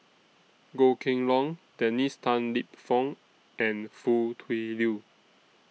Goh Kheng Long Dennis Tan Lip Fong and Foo Tui Liew